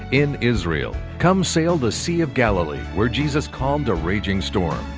in israel. come sail the sea of galilee where jesus calmed a raging storm.